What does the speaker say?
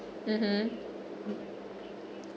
mmhmm